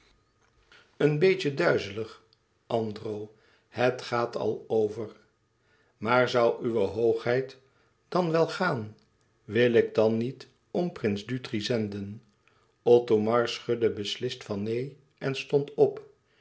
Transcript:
een beetje duizelig andro het gaat al over maar zoû uwe hoogheid dan wel gaan wil ik dan niet om prins dutri zenden othomar schudde beslist van neen en stond op